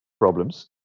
problems